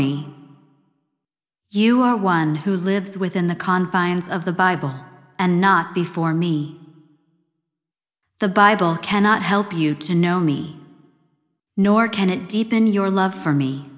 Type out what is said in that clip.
me you are one who lives within the confines of the bible and not before me the bible cannot help you to know me nor can it deepen your love for me